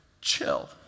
chill